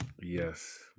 Yes